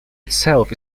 itself